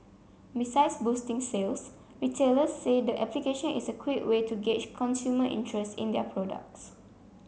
besides boosting sales retailers say the application is a quick way to gauge consumer interest in their products